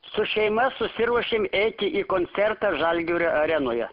su šeima susiruošėm eiti į koncertą žalgirio arenoje